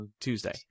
Tuesday